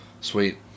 sweet